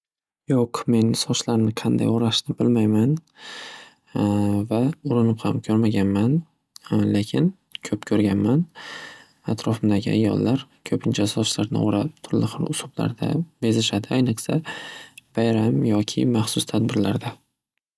Yo'q men sochlarni qanday o'rashni bilmayman va urinib ham ko'rmaganman. Lekin ko'p ko'rganman. Atrofimdagi ayollar ko'pincha sochlarini o'rab, turli xil usullarda bezashadi. Ayniqsa bayram yoki maxsus tadbirlarda.